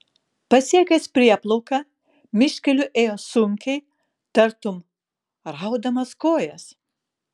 pasiekęs prieplauką miškeliu ėjo sunkiai tartum raudamas kojas